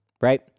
right